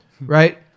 right